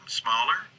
smaller